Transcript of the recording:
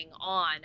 on